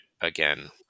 again